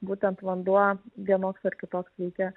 būtent vanduo vienoks ar kitoks veikia